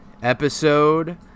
Episode